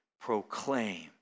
proclaim